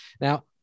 now